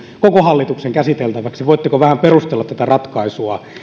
koko hallituksen käsiteltäväksi voitteko vähän perustella tätä ratkaisua